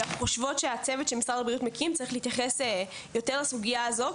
אנחנו חושבות שהצוות שמשרד הבריאות מקים צריך להתייחס יותר לסוגיה הזו,